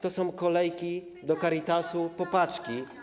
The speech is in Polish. To są kolejki do Caritasu po paczki.